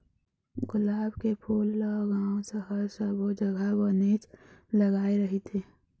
गुलाब के फूल ल गाँव, सहर सब्बो जघा बनेच लगाय रहिथे